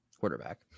quarterback